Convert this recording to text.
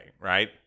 right